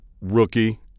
rookie